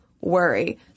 worry